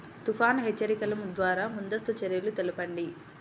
తుఫాను హెచ్చరికల ద్వార ముందస్తు చర్యలు తెలపండి?